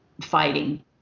fighting